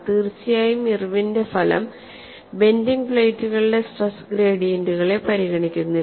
തീർച്ചയായും ഇർവിന്റെ ഫലം ബെൻഡിങ് പ്ലേറ്റുകളുടെ സ്ട്രെസ് ഗ്രേഡിയന്റുകളെ പരിഗണിക്കുന്നില്ല